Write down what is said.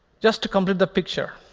just to complete the picture,